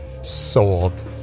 Sold